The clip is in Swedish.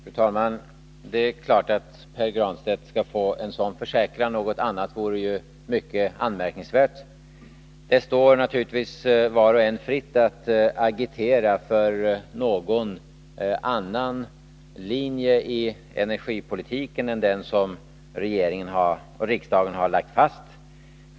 Fru talman! Det är klart att Pär Granstedt skall få en sådan försäkran — något annat vore mycket anmärkningsvärt. Det står naturligtvis var och en fritt att agitera för en annan linje i energipolitiken än den som regeringen och riksdagen har lagt fast.